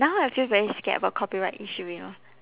now I feel very scared about copyright issue you know